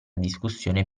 discussione